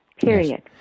period